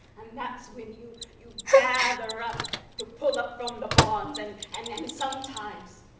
um that's when you you gather up to pull up from the bonds. and and and sometimes,